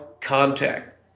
contact